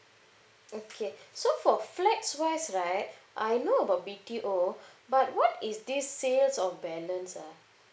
okay so for flats wise right I know about B_T_O but what is this sales of balance ah